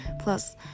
Plus